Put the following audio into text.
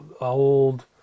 old